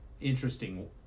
interesting